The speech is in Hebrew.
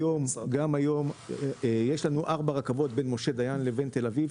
גם היום יש לנו ארבע רכבות בין משה דיין לבין תל אביב,